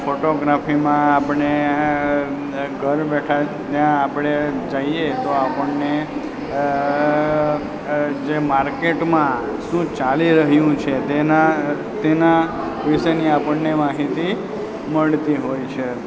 ફોટોગ્રાફીમાં આપણે ઘર બેઠા ત્યાં આપણે જઈએ તો આપણને જે માર્કેટમાં શું ચાલી રહ્યું છે તેના તેના વિષેની આપણને માહિતી મળતી હોય છે